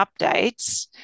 updates